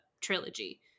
trilogy